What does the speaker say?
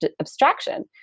abstraction